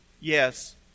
yes